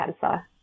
cancer